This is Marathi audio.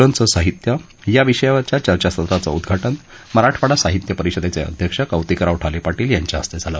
लं चं साहित्य या विषयावरच्या चर्चासत्राचं उद्वाटन मराठवाडा साहित्य परिषदेचे अध्यक्ष कौतिकराव ठाले पाटील यांच्या हस्ते झालं